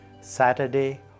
Saturday